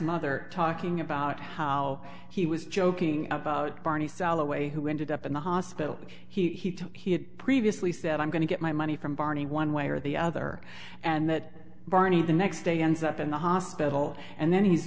mother talking about how he was joking about barney cell away who ended up in the hospital he took he had previously said i'm going to get my money from barney one way or the other and that barney the next day ends up in the hospital and then he's